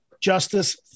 justice